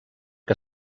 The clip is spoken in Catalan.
que